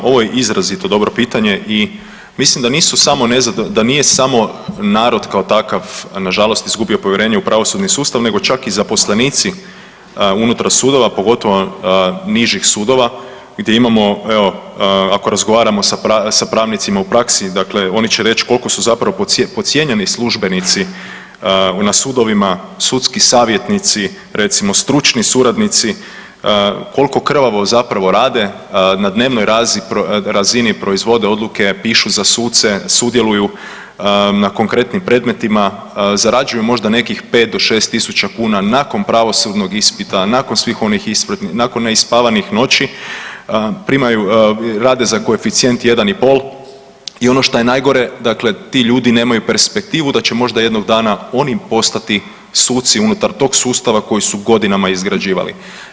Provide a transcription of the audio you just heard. Ovo je izrazito dobro pitanje i mislim da nije samo narod kao takav nažalost izgubio povjerenje u pravosudni sustav nego čak i zaposlenici unutar sudova, pogotovo nižih sudova gdje imamo, evo, ako razgovaramo sa pravnicima u praksi, oni će reći koliko su zapravo podcijenjeni službenici na sudovima, sudski savjetnici, recimo stručni suradnici, koliko krvavo zapravo rade, na dnevnoj razini proizvode odluke, pišu za suce, sudjeluju na konkretnim predmetima, zarađuju možda nekih 5 do 6 tisuća kuna nakon pravosudnog ispita, nakon svih onih neispavanih noći, primaju, rade za koeficijent 1,5 i ono što je najgore, ti ljudi nemaju perspektivu da će možda jednog dana oni postati suci unutar tog sustava koji su godinama izgrađivali.